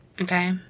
Okay